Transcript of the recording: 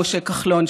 משה כחלון,